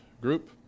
group